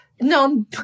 No